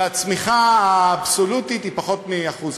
והצמיחה האבסולוטית היא פחות מ-1% כרגע.